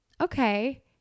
okay